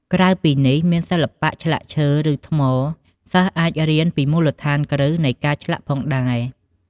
ក្រៅពីនេះ មានសិល្បៈឆ្លាក់ឈើ ឬថ្ម សិស្សអាចរៀនពីមូលដ្ឋានគ្រឹះនៃការឆ្លាក់ផងដែរ។